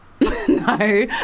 no